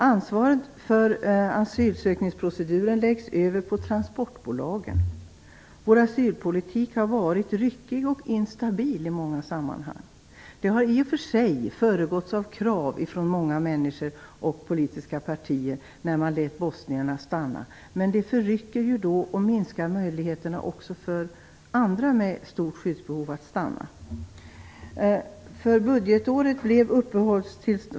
Ansvaret för asylsökningsproceduren läggs över på transportbolagen. Vår asylpolitik har varit ryckig och instabil i många sammanhang. I och för sig har många människor och politiska partier ställt krav på att bosnierna skulle få stanna. Men det minskar möjligheterna för andra som också har ett stort behov av att stanna.